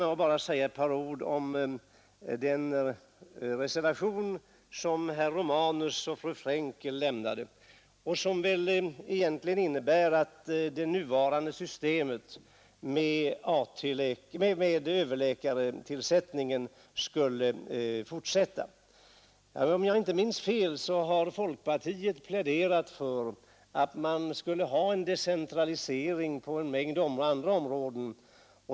Jag vill bara säga ett par ord om den reservation som herr Romanus och fru Frenkel lämnat och som egentligen innebär att det nuvarande systemet med överläkartillsättningen skulle fortsätta. Om jag inte minns fel har folkpartiet pläderat för att man skulle ha en decentralisering på en mängd andra områden.